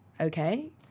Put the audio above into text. okay